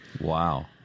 Wow